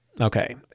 Okay